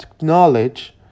knowledge